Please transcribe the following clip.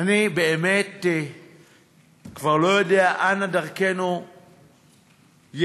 אני באמת כבר לא יודע אנה דרכינו ילכו,